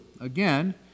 again